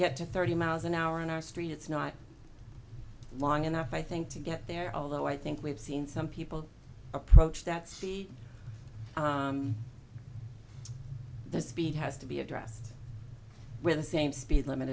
get to thirty miles an hour on our street it's not long enough i think to get there although i think we've seen some people approach that see the speed has to be addressed with the same speed limit